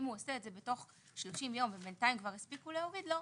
אם הוא עושה את זה תוך 30 יום ובינתיים כבר הספיקו להוריד לו,